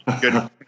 good